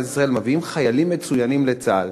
ישראל מביאים חיילים מצוינים לצה"ל.